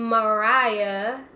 Mariah